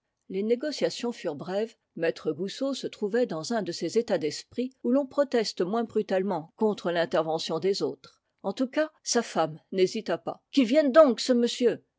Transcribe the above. les négociations furent brèves maître goussot se trouvait dans un de ces états d'esprit où l'on proteste moins brutalement contre l'intervention des autres en tout cas sa femme n'hésita pas qu'il vienne donc ce monsieur